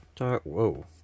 Whoa